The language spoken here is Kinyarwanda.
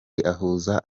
ahuza